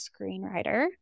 screenwriter